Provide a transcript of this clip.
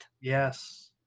yes